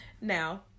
now